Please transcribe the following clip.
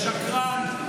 שקרן.